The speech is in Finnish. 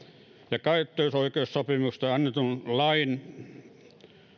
ja käyttöoikeussopimuksista annetun lain